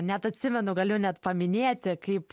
net atsimenu galiu net paminėti kaip